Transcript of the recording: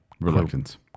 Reluctance